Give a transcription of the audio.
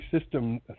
system